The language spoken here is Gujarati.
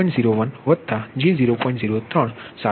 01 j0